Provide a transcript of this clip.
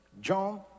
John